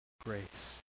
grace